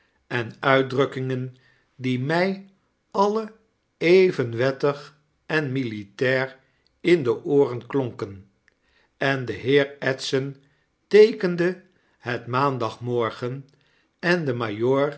en uitdrukkingen die my alle even wettig en militair in de ooren klonken en de heer edson teekende het maandagmorgen en de